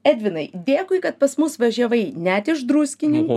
edvinai dėkui kad pas mus važiavai net iš druskininkų